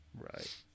right